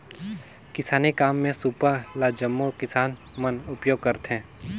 किसानी काम मे सूपा ल जम्मो किसान मन उपियोग करथे